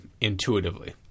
intuitively